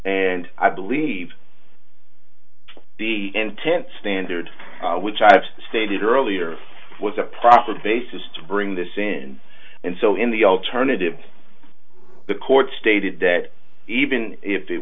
and i believe the intent standard which i stated earlier was a proper basis to bring this in and so in the alternative the court stated that even if it